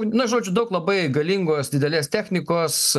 na žodžiu daug labai galingos didelės technikos